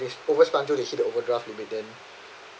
it's always banjo they hit the overdraft limit term